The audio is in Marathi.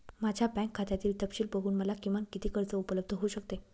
माझ्या बँक खात्यातील तपशील बघून मला किमान किती कर्ज उपलब्ध होऊ शकते?